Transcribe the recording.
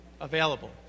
available